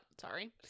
Sorry